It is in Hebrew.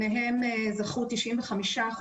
מהם זכו 95%,